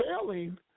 failing